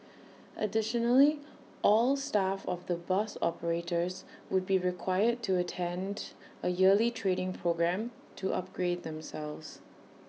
additionally all staff of the bus operators would be required to attend A yearly training programme to upgrade themselves